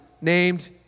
named